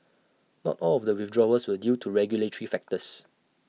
not all of the withdrawals were due to regulatory factors